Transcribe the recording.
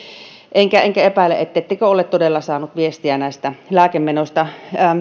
enkä enkä epäile ettettekö ole todella saanut viestiä näistä lääkemenoista